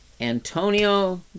Antonio